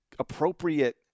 appropriate